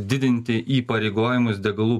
didinti įpareigojimus degalų